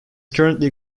currently